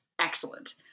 excellent